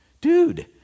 Dude